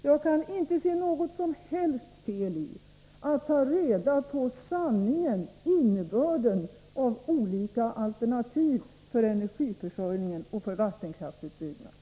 Jag kan inte se något som helst fel i att ta reda på innebörden i olika alternativ för energiförsörjningen och för vattenkraftsutbyggnaden.